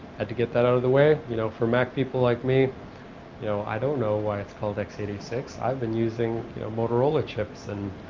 had to get that out of the way you know for mac people like me you know i don't know why it's called x eight and six, i've been using motorola chips and